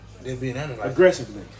Aggressively